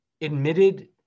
admitted